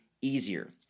easier